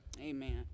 amen